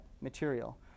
material